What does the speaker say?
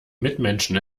mitmenschen